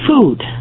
food